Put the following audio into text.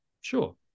Sure